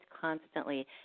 constantly